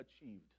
achieved